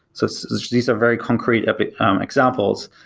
so so these are very concrete but um examples.